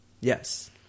Yes